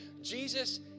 Jesus